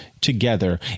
together